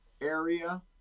area